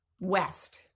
west